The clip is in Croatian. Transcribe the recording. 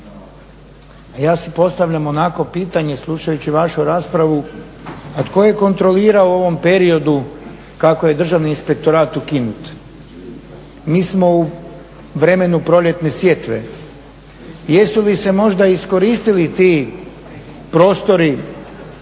ja si postavljam onako pitanje slušajući vašu raspravu, a tko je kontrolirao u ovom periodu kako je Državni inspektorat ukinut. Mi smo u vremenu proljetne sjetve. Jesu li se možda iskoristili ti prostori